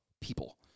people